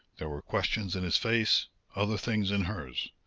there were questions in his face other things in hers.